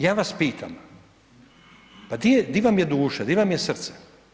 Ja vas pitam, pa di vam je duša, di vam je srce?